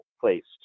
placed